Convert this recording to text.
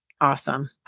Awesome